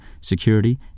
security